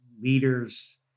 leaders